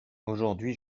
aujourd’hui